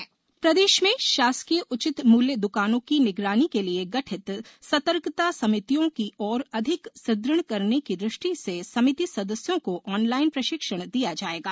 online प्रशिक्षण प्रदेश में शासकीय उचित मुल्य दुकानों की निगरानी के लिए गठित सतर्कता समितियों को ओर अधिक सुदृढ़ करने की दृष्टि से समिति सदस्यों को ऑनलाइन प्रशिक्षण दिया जायेगा